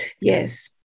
Yes